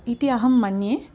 इति अहं मन्ये